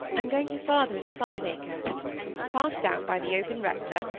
i'm going to father in the five-acre passed out by the open rector,